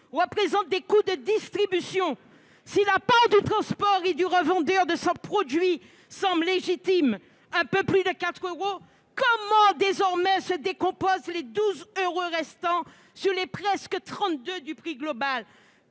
représente des coûts de distribution. Si la part du transport et du revendeur de ce produit semble légitime - elle s'élève à un peu plus de 4 euros -, comment se décomposent les 12 euros restants sur les 32 du prix global ?